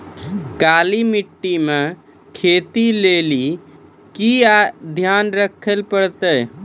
काली मिट्टी मे खेती लेली की ध्यान रखे परतै?